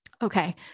okay